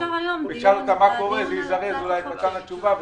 אפשר לזרז את מתן התשובה.